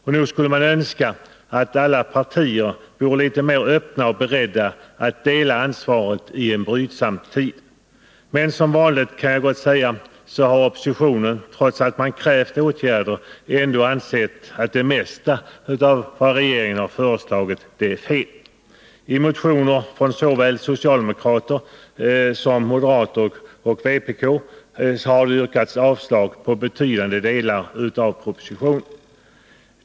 Och nog skulle man önska att alla partier vore litet mera öppna och beredda att dela ansvaret i en brydsam tid. Men som vanligt, kan jag gott säga, har oppositionen, trots att man krävt åtgärder, ändå ansett att det mesta av vad regeringen har föreslagit är fel. I motioner från såväl socialdemokrater som moderater och företrädare för vpk har yrkats avslag på betydande delar av propositionen.